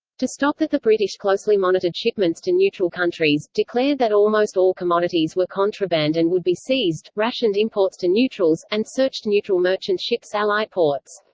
to stop that the british closely monitored shipments to neutral countries declared that almost all commodities were contraband and would be seized, rationed imports to neutrals, and searched neutral merchant ships allied ports.